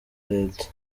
leta